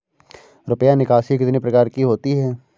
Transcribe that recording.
रुपया निकासी कितनी प्रकार की होती है?